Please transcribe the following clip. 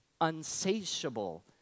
unsatiable